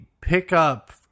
pickup